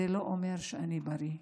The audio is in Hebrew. זה לא אומר שאני בריא.